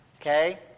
Okay